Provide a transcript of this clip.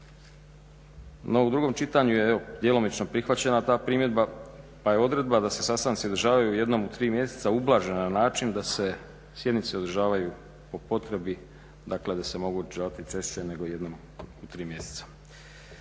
u drugom čitanju je evo djelomično prihvaćena ta primjedba pa je odredba da se sastanci održavaju jednom u tri mjeseca ublažena na način da se sjednice održavaju po potrebi, dakle da se mogu održavati i češće nego jednom u tri mjeseca.